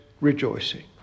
rejoicing